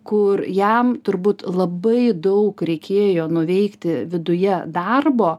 kur jam turbūt labai daug reikėjo nuveikti viduje darbo